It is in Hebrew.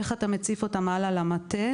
איך אתה מציף אותם הלאה למטה.